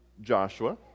Joshua